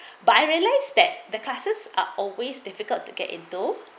but I realised that the classes are always difficult to get into